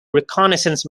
reconnaissance